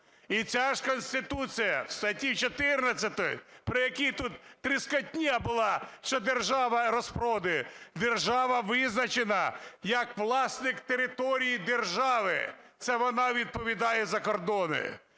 І ця ж Конституція в статті 14-й, про яку тут тріскотня була, що держава розпродує, держава визначена як власник території держави, це вона відповідає за кордони.